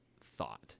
thought